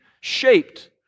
shaped